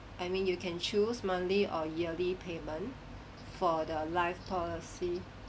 I mean you can choose monthly or yearly payment for the life policy